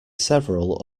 several